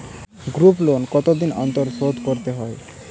Group loan কতদিন অন্তর শোধকরতে হয়?